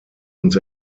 uns